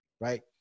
right